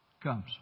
comes